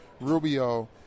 rubio